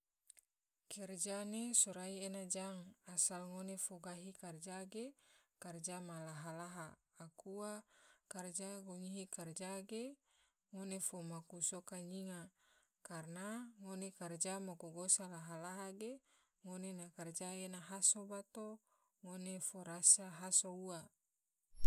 Karja ne sorai ena jang, asal ngone fo gahi karja ge karja ma laha laha aku ua karja guniyhi karja ngone fo maku soka nyinga karana ngone karja maku gosa laha-laha ge, ngone na karja ena haso bato ngone fo rasa haso ua.